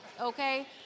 okay